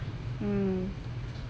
mm